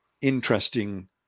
interesting